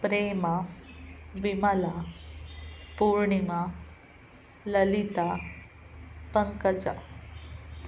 Prema Vimala Purnima Lalita Pankaja